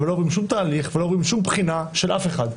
לא עוברים שום תהליך ולא עוברים שום בחינה של אף אחד,